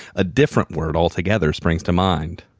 a different word altogether springs to mind.